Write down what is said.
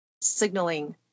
signaling